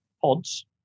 Pods